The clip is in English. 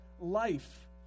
life